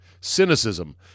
cynicism